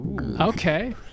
Okay